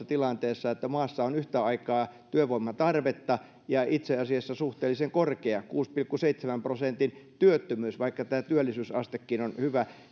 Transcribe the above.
tilanteessa että maassa on yhtä aikaa työvoimatarvetta ja itse asiassa suhteellisen korkea kuuden pilkku seitsemän prosentin työttömyys vaikka tämä työllisyysastekin on hyvä